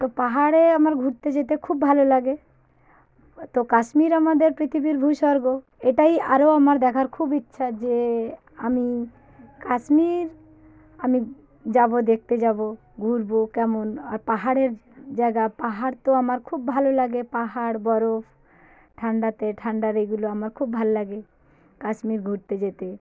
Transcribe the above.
তো পাহাড়ে আমার ঘুরতে যেতে খুব ভালো লাগে তো কাশ্মীর আমাদের পৃথিবীর ভূস্বর্গ এটাই আরও আমার দেখার খুব ইচ্ছা যে আমি কাশ্মীর আমি যাব দেখতে যাব ঘুরব কেমন আর পাহাড়ের জায়গা পাহাড় তো আমার খুব ভালো লাগে পাহাড় বরফ ঠান্ডাতে ঠান্ডার এগুলো আমার খুব ভালো লাগে কাশ্মীর ঘুরতে যেতে